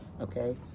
okay